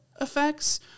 effects